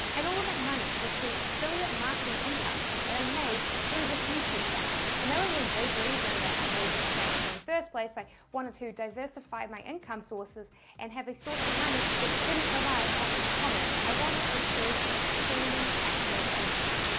and all that money was through affiliate marketing income that i made through this youtube channel. and the only big reason that i made this channel in the first place i wanted to diversify my income sources and have a source of money that didn't rely on ecommerce. i wanted a source of truly passive income.